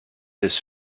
his